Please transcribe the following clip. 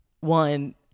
one